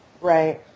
Right